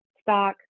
stock